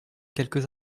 quelques